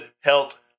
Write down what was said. health